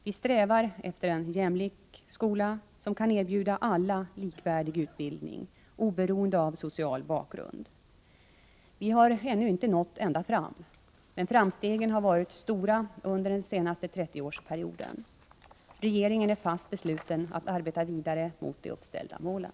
Vi strävar efter en jämlik skola som kan erbjuda alla likvärdig utbildning, oberoende av social bakgrund. Vi har ännu inte nått ända fram, men framstegen har varit stora under den senaste 30-årsperioden. Regeringen är fast besluten att arbeta vidare mot de uppställda målen.